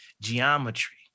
geometry